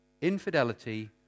Infidelity